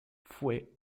fue